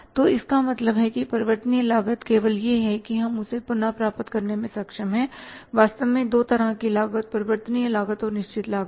तो इसका मतलब है कि परिवर्तनीय लागत केवल यह है कि हम उसे पुनर्प्राप्त करने में सक्षम हैं वास्तव में दो तरह की लागत परिवर्तनीय लागत और निश्चित लागत हैं